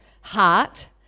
heart